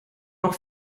auch